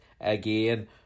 again